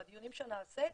בדיונים שנעשה,